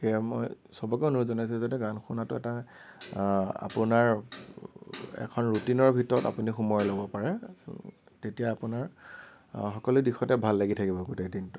সেয়া মই চবকে অনুৰোধ জনাইছোঁ যাতে গান শুনাটো এটা আপোনাৰ এখন ৰুটিনৰ ভিতৰত আপুনি সোমোৱাই ল'ব পাৰে তেতিয়া আপোনাৰ সকলো দিশতে ভাল লাগি থাকিব গোটেই দিনটো ধন্যবাদ